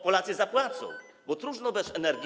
Polacy zapłacą, bo trudno żyć bez energii.